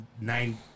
nine